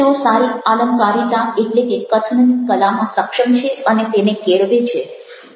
તેઓ સારી આલંકારિતા એટલે કે કથનની કલામાં સક્ષમ છે અને તેને કેળવે છે